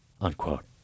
unquote